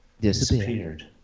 disappeared